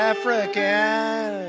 African